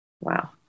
Wow